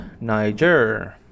Niger